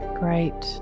great